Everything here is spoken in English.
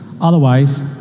otherwise